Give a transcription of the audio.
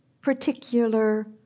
particular